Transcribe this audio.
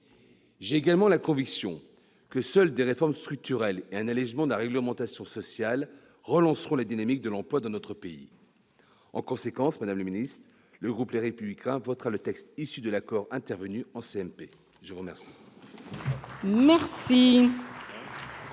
J'ai également la conviction que seules des réformes structurelles et un allégement de la réglementation sociale relanceront la dynamique de l'emploi dans notre pays. En conséquence, le groupe Les Républicains votera le texte issu de l'accord intervenu en commission mixte